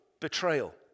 betrayal